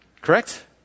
Correct